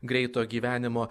greito gyvenimo